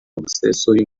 busesuye